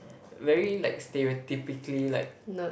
very like stereotypically like